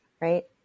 right